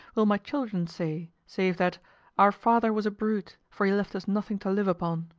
will my children say, save that our father was a brute, for he left us nothing to live upon